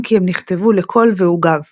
אם כי הם נכתבו לקול ועוגב.